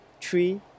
three